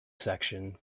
section